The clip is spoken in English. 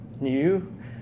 new